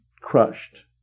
crushed